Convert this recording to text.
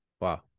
Wow